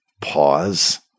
pause